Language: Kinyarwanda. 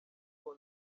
uko